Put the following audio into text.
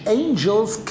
angels